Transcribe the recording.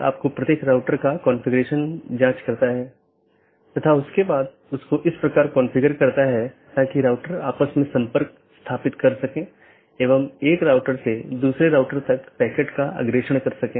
बाहरी gateway protocol जो एक पाथ वेक्टर प्रोटोकॉल का पालन करते हैं और ऑटॉनमस सिस्टमों के बीच में सूचनाओं के आदान प्रदान की अनुमति देता है